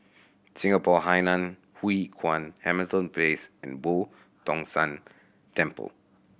Singapore Hainan Hwee Kuan Hamilton Place and Boo Tong San Temple